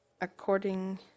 according